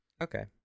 okay